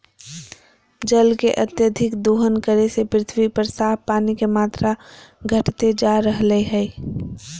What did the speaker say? जल के अत्यधिक दोहन करे से पृथ्वी पर साफ पानी के मात्रा घटते जा रहलय हें